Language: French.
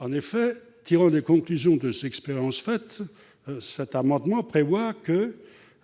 malheureuse. Tirant les conclusions de ces expériences, cet amendement prévoit que